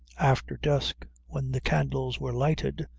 after dusk, when the candles were lighted,